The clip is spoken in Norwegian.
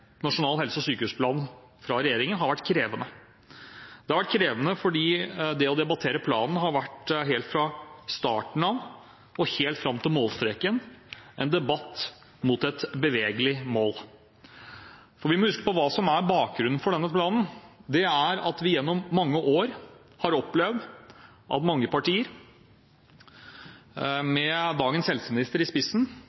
Nasjonal helse- og sykehusplan fra regjeringen har vært krevende. Det har vært krevende fordi debatten om planen fra starten av og helt fram til målstreken har vært en debatt mot et bevegelig mål. Vi må huske på hva som er bakgrunnen for denne planen. Det er at vi gjennom mange år har opplevd at mange partier